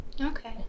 Okay